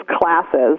classes –